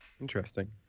Interesting